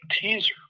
teaser